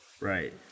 Right